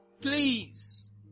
please